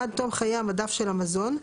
עד תום חיי המדף של המזון,